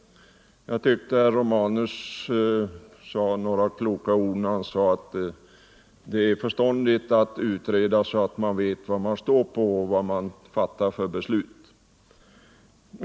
Jag tyckte att herr Romanus sade några kloka ord när han framhöll att det är förståndigt att utreda, så att man vet vilken grund man står på och vad man fattar för beslut.